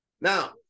Now